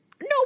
No